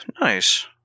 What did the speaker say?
nice